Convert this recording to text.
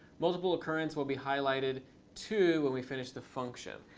multiple occurrence will be highlighted too when we finish the function.